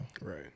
right